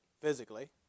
physically